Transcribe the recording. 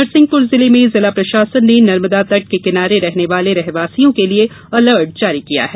नरसिंहपुर जिले में जिला प्रशासन ने नर्मदा तट के किनारे रहने वाले रहवासियों के लिये अलर्ट जारी किया है